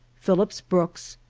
phillips brooks,